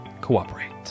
cooperate